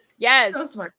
Yes